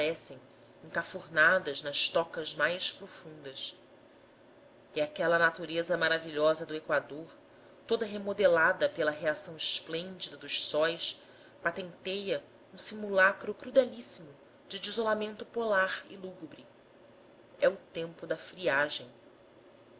desaparecem encafurnadas nas tocas mais profundas e aquela natureza maravilhosa do equador toda remodelada pela reação esplêndida dos sóis patenteia um simulacro crudelíssimo de desolamento polar e lúgubre é o tempo da friagem